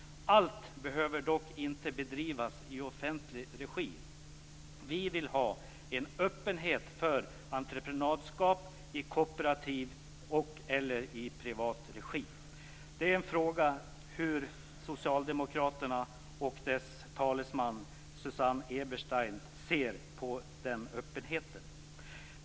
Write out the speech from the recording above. Allt behöver dock inte bedrivas i offentlig regi. Vi vill ha en öppenhet för entreprenadskap i kooperativ och/eller privat regi. Det är en fråga hur socialdemokraterna och deras talesman, Susanne Eberstein, ser på den öppenheten.